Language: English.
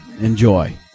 Enjoy